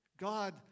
God